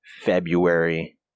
February